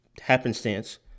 happenstance